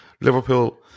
Liverpool